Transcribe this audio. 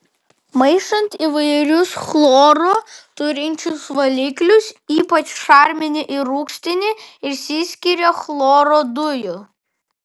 maišant įvairius chloro turinčius valiklius ypač šarminį ir rūgštinį išsiskiria chloro dujų